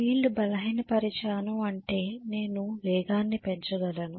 field బలహీనపరిచాను అంటే నేను వేగాన్ని పెంచగలను